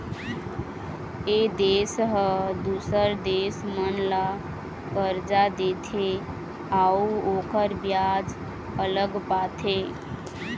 ए देश ह दूसर देश मन ल करजा देथे अउ ओखर बियाज अलग पाथे